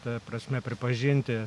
ta prasme pripažinti